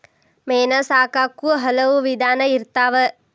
ಮೇನಾ ಸಾಕಾಕು ಹಲವು ವಿಧಾನಾ ಇರ್ತಾವ